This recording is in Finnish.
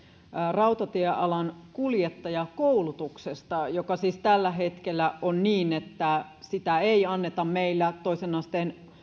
rautatiealan kuljettajakoulutuksesta joka siis tällä hetkellä on niin että sitä ei anneta meillä toisen asteen